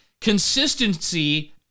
consistency